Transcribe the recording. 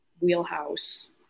wheelhouse